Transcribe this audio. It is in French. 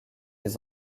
des